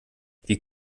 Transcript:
wie